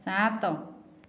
ସାତ